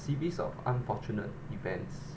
series of unfortunate events